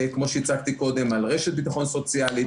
כמו שהצגתי קודם על רשת ביטחון סוציאלית,